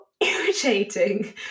irritating